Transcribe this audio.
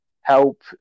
help